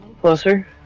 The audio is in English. Closer